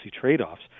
trade-offs